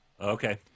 Okay